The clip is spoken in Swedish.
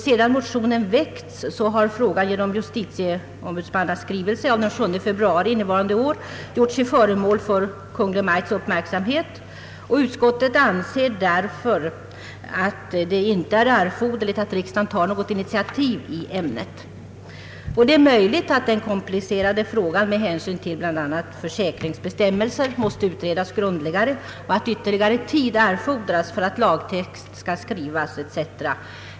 Sedan motionen väckts har frågan genom justitieombudsmannaskrivelse av den 7 februari innevarande år gjorts till föremål för Kungl. Maj:ts uppmärksamhet, och utskottet anser det därför icke erforderligt att riksdagen tar något initiativ i ämnet. Det är möjligt att den komplicerade frågan, med hänsyn till bl.a. försäkringsbestämmelser, måste utredas grundligare och att ytterligare tid erfordras för att lagtext skall skrivas etc.